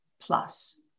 plus